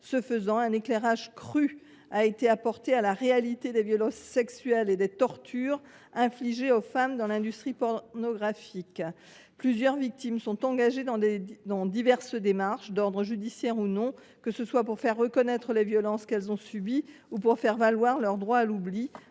Ce faisant, un éclairage cru a été apporté à la réalité des violences sexuelles et des tortures infligées aux femmes dans l’industrie pornographique. Plusieurs victimes sont engagées dans des démarches d’ordre judiciaire ou non, que ce soit pour faire reconnaître les violences qu’elles ont subies ou pour faire valoir leurs droits à l’oubli